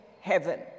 heaven